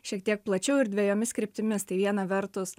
šiek tiek plačiau ir dvejomis kryptimis tai viena vertus